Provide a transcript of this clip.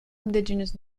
indigenous